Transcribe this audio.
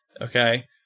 okay